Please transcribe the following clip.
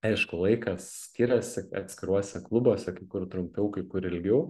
aišku laikas skiriasi atskiruose klubuose kur trumpiau kai kur ilgiau